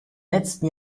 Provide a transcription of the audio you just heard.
letzten